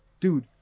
dude